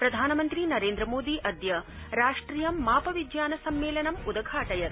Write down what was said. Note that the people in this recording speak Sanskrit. प्रधानमन्त्री नरेन्द्रमोदी अद्य राष्ट्रियं मापविज्ञानसम्मेलनं उदघाटयत्